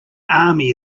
army